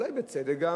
אולי בצדק,